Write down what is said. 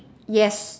yes